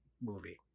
movie